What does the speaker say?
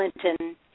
Clinton